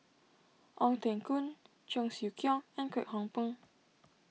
Ong Teng Koon Cheong Siew Keong and Kwek Hong Png